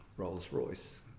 rolls-royce